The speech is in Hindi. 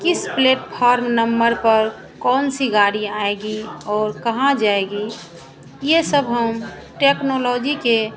किस प्लेटफार्म नमर पर कौन सी गाड़ी आएगी और कहाँ जाएगी ये सब हम टेक्नोलॉजी के